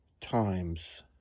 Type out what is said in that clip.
times